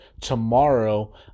tomorrow